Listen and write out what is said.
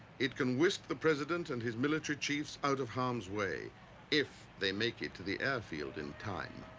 it can whisk the president and his military chiefs out of harm's way if they make it to the airfield in time.